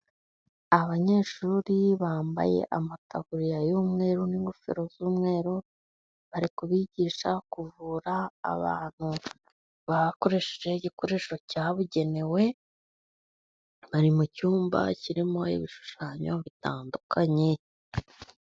Abanyeshuri bambaye amataburiya y'umweru n'ingofero z'umweru, bari kubigisha kuvura abantu bakoresheje igikoresho cyabugenewe. Bari mu cyumba kirimo ibishushanyo bitandukanye.